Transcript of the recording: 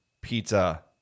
Pizza